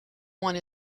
one